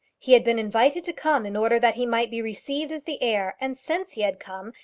he had been invited to come in order that he might be received as the heir, and since he had come,